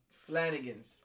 Flanagan's